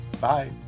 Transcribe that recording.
Bye